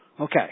Okay